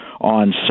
on